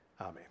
amen